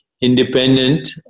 independent